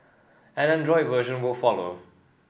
an Android version will follow